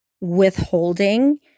withholding